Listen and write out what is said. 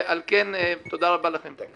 על כן תודה רבה לכם.